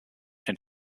and